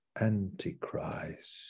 Antichrist